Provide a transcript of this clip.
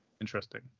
Interesting